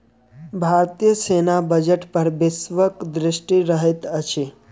भारतीय सेना बजट पर वैश्विक दृष्टि रहैत अछि